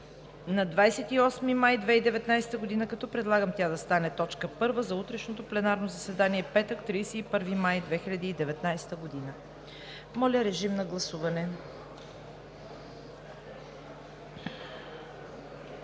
на 28 май 2019 г. Предлагам това да стане точка първа за утрешното пленарно заседание – петък, 31 май 2019 г. Моля режим на гласуване.